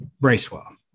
Bracewell